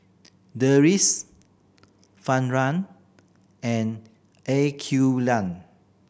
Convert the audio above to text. Deris Zafran and Aqeelah